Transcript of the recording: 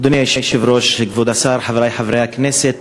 אדוני היושב-ראש, כבוד השר, חברי חברי הכנסת,